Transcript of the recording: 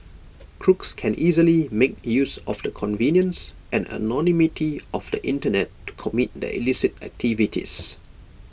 crooks can easily make use of the convenience and anonymity of the Internet to commit their illicit activities